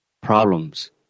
problems